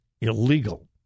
illegal